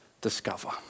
discover